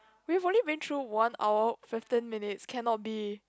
we've only been through one hour fifteen minutes cannot be